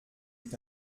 eut